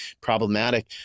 problematic